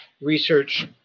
research